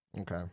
Okay